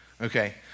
okay